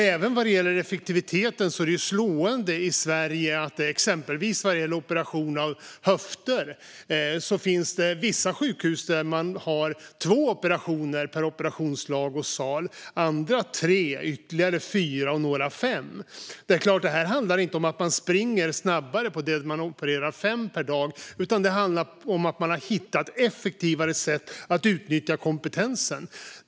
Även vad gäller effektiviteten är det slående att det i Sverige exempelvis vad gäller operation av höfter finns vissa sjukhus som har två operationer per operationslag och sal - andra har tre, några har fyra och ytterligare andra har fem. Detta handlar inte om att man springer snabbare där man gör fem operationer per dag, utan det handlar om att man har hittat effektivare sätt att utnyttja kompetensen.